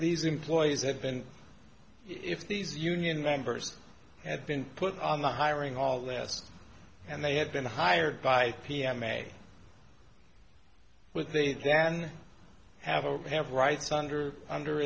these employees had been if these union members had been put on the hiring all that and they had been hired by p m a with they then have a have rights under under